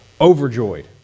overjoyed